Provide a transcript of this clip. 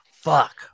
fuck